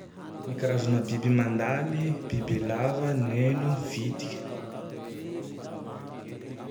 Ny karazagne biby mandaly: bibilava, neno, vitike.